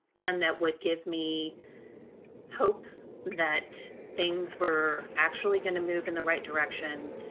and that would give me hope that things were actually going to move in the right direction.